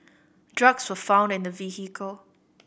drugs were found in the vehicle